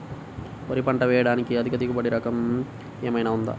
వరి పంట వేయటానికి అధిక దిగుబడి రకం ఏమయినా ఉందా?